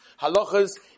Halachas